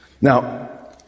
now